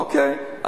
אוקיי,